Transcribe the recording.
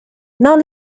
now